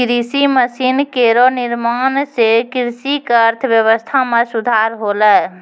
कृषि मसीन केरो निर्माण सें कृषि क अर्थव्यवस्था म सुधार होलै